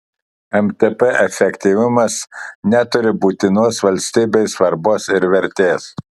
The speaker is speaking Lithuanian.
mtp efektyvumas neturi būtinos valstybei svarbos ir vertės